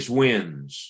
wins